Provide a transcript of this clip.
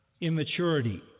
Immaturity